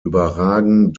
überragen